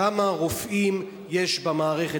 כמה רופאים יש במערכת.